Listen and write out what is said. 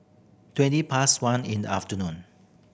twenty past one in the afternoon